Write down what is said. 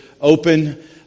open